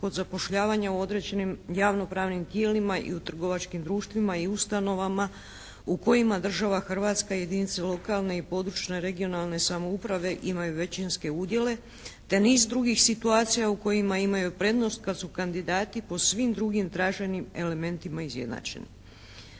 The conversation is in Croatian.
kod zapošljavanja u određenim javno pravnim tijelima i trgovačkim društvima i ustanovama u kojima država Hrvatska i jedinice lokalne i područne (regionalne) samouprave imaju većinske udjele te niz drugih situacija u kojima imaju prednost kad su kandidati po svim drugim traženim elementima izjednačeni.